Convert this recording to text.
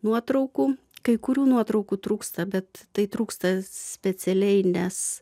nuotraukų kai kurių nuotraukų trūksta bet tai trūksta specialiai nes